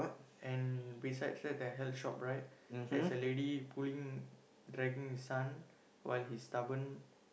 and beside that the health shop right there's a lady pulling dragging his son while he's stubborn